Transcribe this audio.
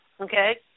Okay